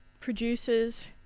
producers